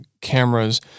cameras